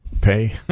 pay